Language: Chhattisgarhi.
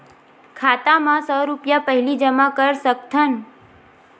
खाता मा सौ रुपिया पहिली जमा कर सकथन?